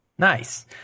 nice